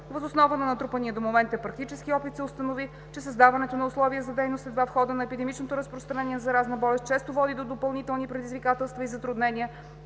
Въз основа на натрупания до момента практически опит се установи, че създаването на условия за дейност едва в хода на епидемично разпространение на заразна болест често води до допълнителни предизвикателства и затруднения